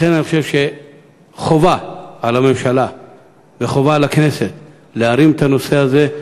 לכן אני חושב שחובה על הממשלה וחובה על הכנסת להרים את הנושא הזה,